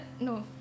no